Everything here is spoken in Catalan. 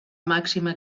màxima